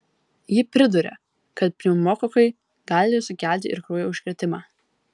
ji priduria kad pneumokokai gali sukelti ir kraujo užkrėtimą